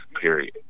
period